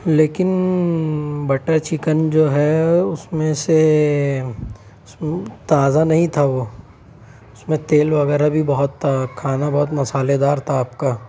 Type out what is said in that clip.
لیکن butter chicken جو ہے اس میں سے تازہ نہیں تھا وہ اس میں تیل وغیرہ بھی بہت تھا کھانا بہت مسالے دار تھا آپ کا